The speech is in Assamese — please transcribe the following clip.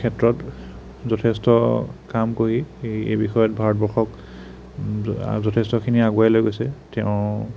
ক্ষেত্ৰত যথেষ্ট কাম কৰি এই এই বিষয়ত ভাৰতবৰ্ষক যথেষ্টখিনি আগুৱাই লৈ গৈছে তেওঁ